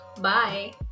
bye